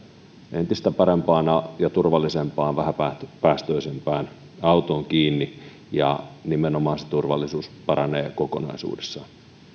entistä parempaan ja turvallisempaan vähäpäästöisempään autoon kiinni ja nimenomaan se turvallisuus paranee kokonaisuudessaan